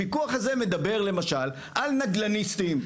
הפיקוח הזה מדבר למשל על נדל"ניסטים,